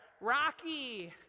Rocky